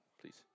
please